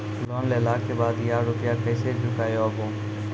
Loan लेला के बाद या रुपिया केसे चुकायाबो?